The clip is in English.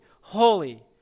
holy